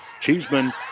Cheeseman